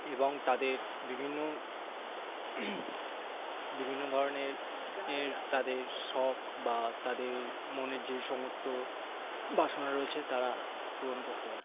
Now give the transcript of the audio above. এবং তাদের বিভিন্ন বিভিন্ন ধরনের এর তাদের শখ বা তাদের মনের যে সমস্ত বাসনা রয়েছে তারা পূরণ করতে পারে